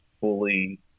fully